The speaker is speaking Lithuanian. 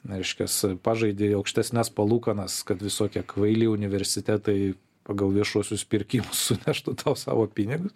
reiškias pažaidi aukštesnes palūkanas kad visokie kvaili universitetai pagal viešuosius pirkimus suvežtų tau savo pinigus